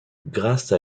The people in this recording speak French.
grâce